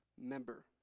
member